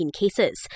cases